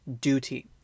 duty